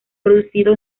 producido